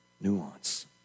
nuance